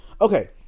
okay